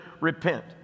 repent